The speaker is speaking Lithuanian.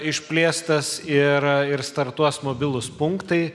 išplėstas ir ir startuos mobilūs punktai